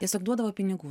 tiesiog duodavo pinigų